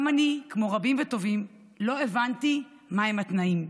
גם אני, כמו רבים וטובים, לא הבנתי מהם התנאים.